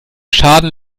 schaden